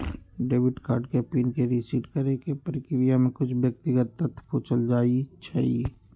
debit card के PIN के reset करेके प्रक्रिया में कुछ व्यक्तिगत तथ्य पूछल जाइ छइ